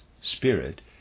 spirit